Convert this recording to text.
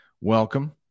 Welcome